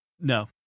No